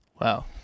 wow